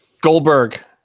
Goldberg